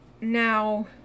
Now